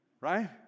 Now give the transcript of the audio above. right